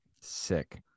sick